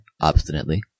obstinately